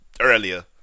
earlier